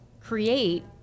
create